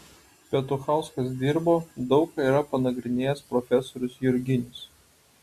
petuchauskas dirbo daug ką yra panagrinėjęs profesorius jurginis